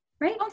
right